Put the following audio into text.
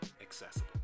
accessible